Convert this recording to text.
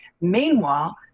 Meanwhile